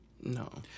No